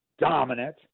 dominant